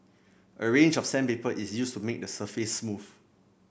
a range of sandpaper is used to make the surface smooth